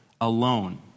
alone